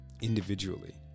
individually